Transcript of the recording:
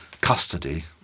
custody